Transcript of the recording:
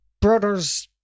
brother's